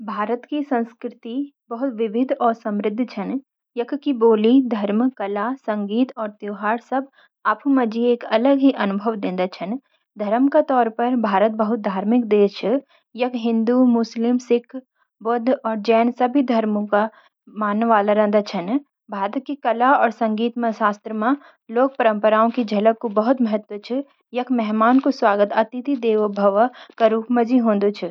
भारत की संस्कृति बहुत विविध और समृद्ध छन। यख की बोली, धर्म, कला, संगीत और त्यौहार सब आफू माजी एक अलग ही अनुभव देंदा छन। धर्म का तोर पर भारत बहुत धार्मिक देश छ। यख हिंदू, मुस्लिम सिख, बौद्ध और जैन सभी धर्मों डीके मानन वाला रंधा। भारत की कला और संगीत मा शास्त्र और लोक परम्पराओ की झलक कु बहुत महतव छ। यख मेहमान कु स्वागत, आदर 'अतिथि देवो भ्व: का रूप मजी होंदु छ।